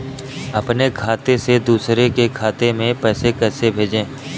अपने खाते से दूसरे के खाते में पैसे को कैसे भेजे?